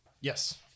Yes